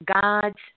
God's